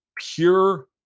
pure